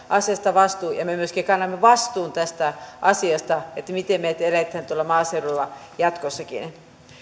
asiasta vastuu ja me myöskin kannamme vastuun tästä asiasta miten me elämme tuolla maaseudulla jatkossakin